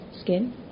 skin